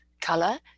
Color